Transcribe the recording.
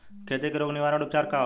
खेती के रोग निवारण उपचार का होला?